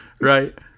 Right